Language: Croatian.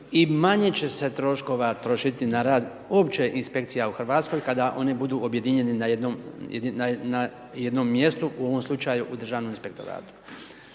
i manje će se troškova trošiti na rad uopće Inspekcija u RH, kada one budu objedinjene na jednom mjestu, u ovom slučaju u Državnom inspektoratu.